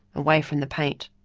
away from the paint.